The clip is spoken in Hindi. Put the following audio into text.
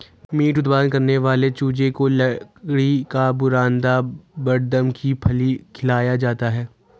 मीट उत्पादन करने वाले चूजे को लकड़ी का बुरादा बड़दम की फली खिलाया जाता है